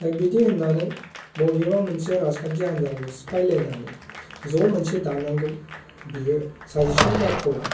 दा बिदि होननानै बबेबा मोनसे राजखान्थि हानजाखौ सिफायलायनानै ज' मोनसे दानांगौ बियो साजेसन जाथावा